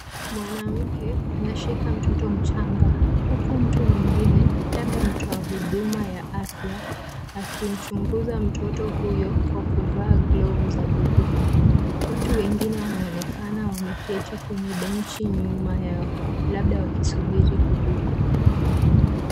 Mwanamke ameshika mtoto mchanga, huku mtu mwingine labda mtu wa huduma ya afya, akimchunguza mtoto huyo kwa kuvaa glavu za bluu. Watu wengine wanaonekana wameketi kwenye benchi nyuma yao, labda wakisubiri huduma.